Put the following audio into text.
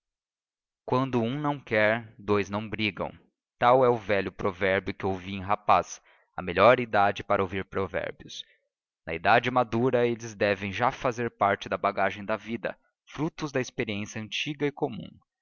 quando um não quer dous não brigam tal é o velho provérbio que ouvi em rapaz a melhor idade para ouvir provérbios na idade madura eles devem já fazer parte da bagagem da vida frutos da experiência antiga e comum